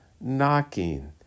knocking